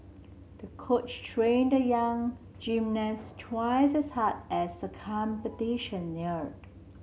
the coach trained the young gymnast twice as hard as the competition neared